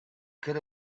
could